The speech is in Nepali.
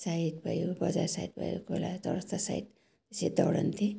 साइड भयो बजार साइड भयो कोही बेला चौरस्ता साइड यसरी दौडन्थेँ